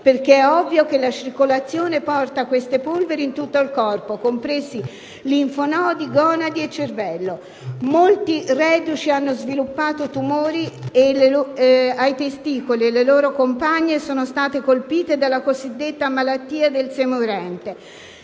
perché è ovvio che la circolazione porta queste polveri in tutto il corpo, compresi linfonodi, gonadi e cervello. Molti reduci hanno sviluppato tumori ai testicoli e le loro compagne sono state colpite dalla cosiddetta "malattia del seme urente".